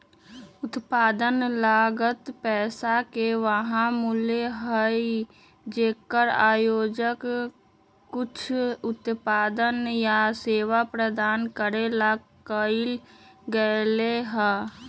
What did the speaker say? उत्पादन लागत पैसा के वह मूल्य हई जेकर उपयोग कुछ उत्पादन या सेवा प्रदान करे ला कइल गयले है